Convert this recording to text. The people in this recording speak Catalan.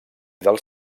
dels